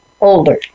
older